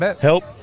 help